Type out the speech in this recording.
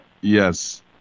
Yes